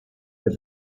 the